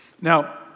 Now